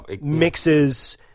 mixes